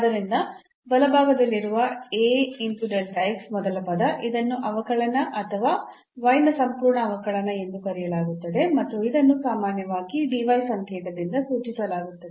ಆದ್ದರಿಂದ ಬಲಭಾಗದಲ್ಲಿರುವ ಮೊದಲ ಪದ ಇದನ್ನು ಅವಕಲನ ಅಥವಾ y ನ ಸಂಪೂರ್ಣ ಅವಕಲನ ಎಂದು ಕರೆಯಲಾಗುತ್ತದೆ ಮತ್ತು ಇದನ್ನು ಸಾಮಾನ್ಯವಾಗಿ dy ಸಂಕೇತದಿಂದ ಸೂಚಿಸಲಾಗುತ್ತದೆ